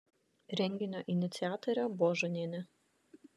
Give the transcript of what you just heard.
renginio iniciatorė božonienė